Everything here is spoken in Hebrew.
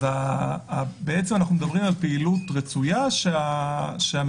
בעצם אנחנו מדברים על פעילות רצויה שהמדינה